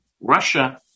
Russia